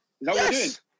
Yes